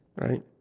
Right